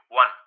one